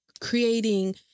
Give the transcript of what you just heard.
Creating